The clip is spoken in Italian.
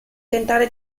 tentare